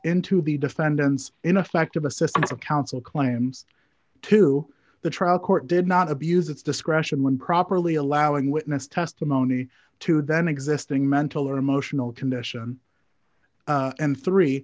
into the defendants in effect of assistance of counsel claims to the trial court did not abuse its discretion when properly allowing witness testimony to then existing mental or emotional condition and three